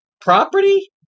property